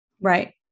Right